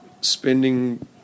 spending